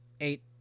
eight